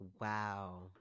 Wow